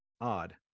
odd